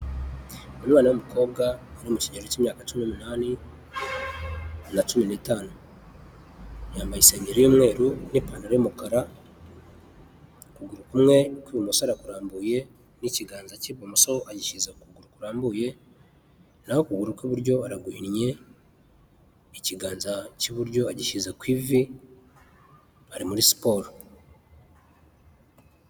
Umwana w'umukobwa uri mu kigero cy'imyaka cumi n'umunani na cumi n'intanu. Yambaye isengeri y'umweru n'ipantaro y'umukara; ukuguru kumwe kw'ibumoso arakurambuye n'ikiganza cy'ibumoso agishyize ku kuguru kurambuye. Naho ukuguru kw'iburyo araguhinnye, ikiganza cy'iburyo agishyira ku ivi, ari muri siporo.